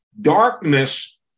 Darkness